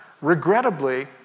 Regrettably